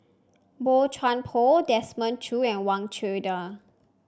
Boey Chuan Poh Desmond Choo and Wang Chunde